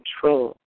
control